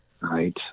right